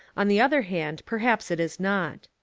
on the other hand, perhaps it is not.